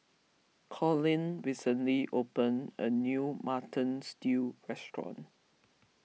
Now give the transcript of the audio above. Collin recently opened a new Mutton Stew restaurant